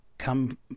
come